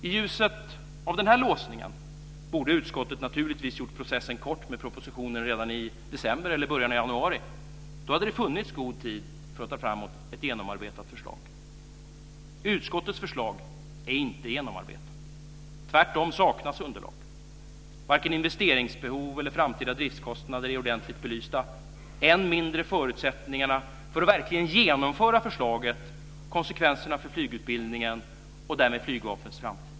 I ljuset av denna låsning borde utskottet naturligtvis gjort processen kort med propositionen redan i december eller i början av januari. Då hade det funnits god tid för att ta fram ett genomarbetat förslag. Utskottets förslag är inte genomarbetat. Tvärtom saknas underlag. Varken investeringsbehov eller framtida driftskostnader är ordentligt belysta - än mindre förutsättningarna för att verkligen genomföra förslaget, konsekvenserna för flygutbildningen och därmed Flygvapnets framtid.